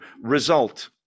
Result